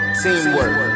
teamwork